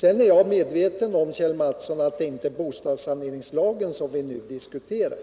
Jag är medveten om, Kjell Mattsson, att det inte är bostadssaneringslagen som vi nu diskuterar.